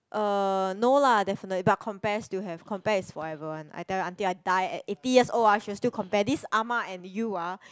uh no lah definitely but compare still have compare is forever one I tell you until I die at eighty years old ah she will still compare this ah-ma and you ah